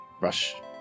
Rush